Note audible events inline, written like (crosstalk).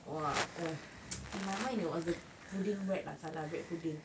!wah! eh (noise) in my mind it was a pudding bread lah salah bread pudding